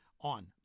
on